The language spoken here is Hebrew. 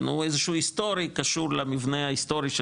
שאיכשהו קשור באופן היסטורי למבנה ההיסטורי של